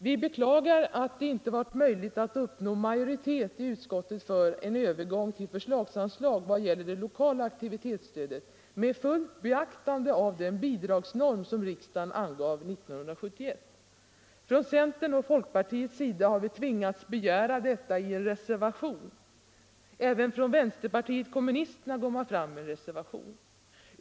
Vi beklagar att det inte varit möjligt att uppnå majoritet för en övergång till förslagsanslag vad gäller det lokala aktivitetsstödet med fullt beaktande av den bidragsnorm som riksdagen angav 1971. Från centerns och folkpartiets sida har vi tvingats begära detta i en reservation. Även vänsterpartiet kommunisterna går fram med en reservation.